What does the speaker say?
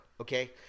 Okay